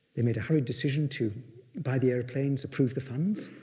they made a hurried decision to buy the airplanes, approve the funds,